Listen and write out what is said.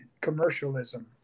commercialism